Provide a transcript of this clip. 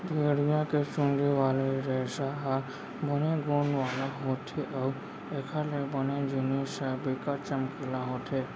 भेड़िया के चुंदी वाले रेसा ह बने गुन वाला होथे अउ एखर ले बने जिनिस ह बिकट चमकीला होथे